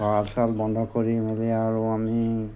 গঁড়াল চৰাল বন্ধ কৰি মেলি আৰু আমি